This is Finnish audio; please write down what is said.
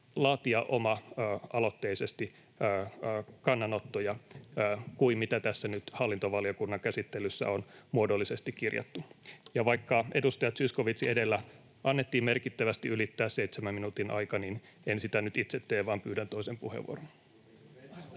laatia oma-aloitteisesti kannanottoja kuin mitä tässä nyt hallintovaliokunnan käsittelyssä on muodollisesti kirjattu. Ja vaikka edustaja Zyskowiczin edellä annettiin merkittävästi ylittää seitsemän minuutin aika, niin en sitä nyt itse tee, vaan pyydän toisen puheenvuoron.